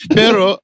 pero